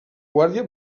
guàrdia